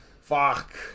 Fuck